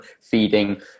feeding